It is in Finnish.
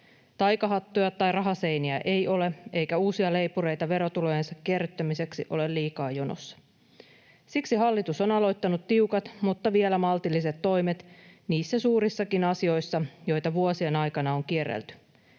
Taikahattuja tai rahaseiniä ei ole, eikä uusia leipureita verotulojen kerryttämiseksi ole liikaa jonossa. Siksi hallitus on aloittanut tiukat mutta vielä maltilliset toimet niissä suurissakin asioissa, joita vuosien aikana on kierrelty.